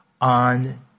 on